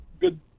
good